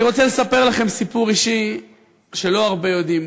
אני רוצה לספר לכם סיפור אישי שלא הרבה יודעים.